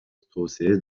توسعه